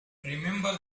remember